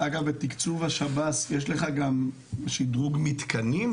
בתקציב השב"ס יש גם שדרוג מתקנים?